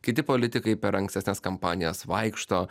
kiti politikai per ankstesnes kampanijas vaikšto